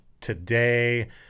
today